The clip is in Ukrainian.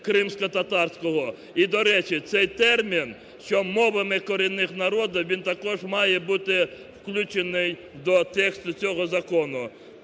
кримськотатарського. І, до речі, цей термін, що "мовами корінних народів" він також має бути включений до тексту цього закону.